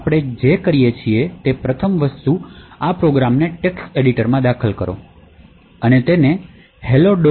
આપણે જે કરીએ છીએ તે પ્રથમ વસ્તુ આ પ્રોગ્રામને ટેક્સ્ટ એડિટરમાં દાખલ કરો અને તેને hello